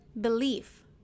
belief